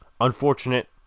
Unfortunate